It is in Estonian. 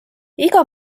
iga